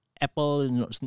Apple